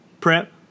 Prep